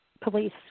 police